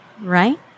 right